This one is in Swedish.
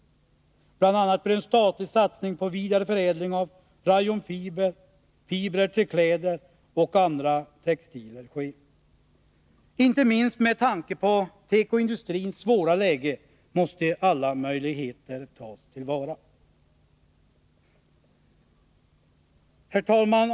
Bl. a. bör en statlig satsning på vidareförädling av rayonfibrer till kläder och andra textilier ske. Inte minst med tanke på tekoindustrins svåra läge måste alla möjligheter tas till vara. Herr talman!